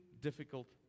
difficult